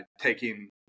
taking